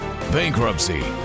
bankruptcy